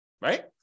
right